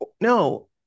No